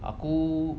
aku